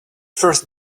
first